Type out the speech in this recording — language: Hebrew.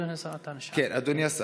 אדוני השר,